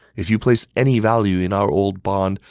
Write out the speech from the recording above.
if you place any value in our old bond,